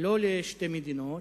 לא לשתי מדינות.